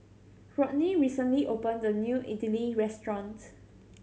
Rodney recently opened a new Idili restaurant